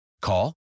Call